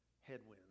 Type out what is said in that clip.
headwinds